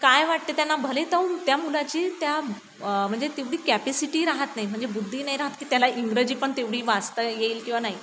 काय वाटते त्यांना भले तर त्या मुलाची त्या म्हणजे तेवढी कॅपेसिटी राहत नाही म्हणजे बुद्धी नाही राहत की त्याला इंग्रजी पण तेवढी वाचता येईल किंवा नाही